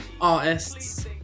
artists